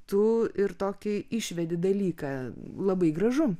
tu ir tokį išvedi dalyką labai gražu